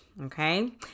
okay